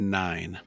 nine